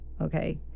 Okay